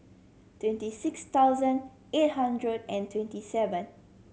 twenty six thousand eight hundred and twenty seven